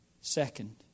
second